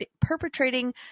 perpetrating